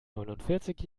neunundvierzig